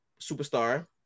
superstar